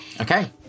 Okay